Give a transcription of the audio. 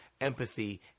empathy